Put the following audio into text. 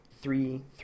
three